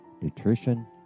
nutrition